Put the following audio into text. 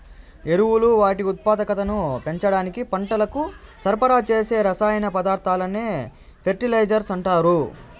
ఎరువులు వాటి ఉత్పాదకతను పెంచడానికి పంటలకు సరఫరా చేసే రసాయన పదార్థాలనే ఫెర్టిలైజర్స్ అంటారు